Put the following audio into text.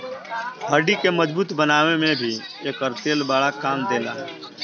हड्डी के मजबूत बनावे में भी एकर तेल बड़ा काम देला